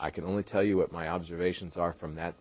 i can only tell you what my observations are from that